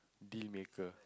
deal maker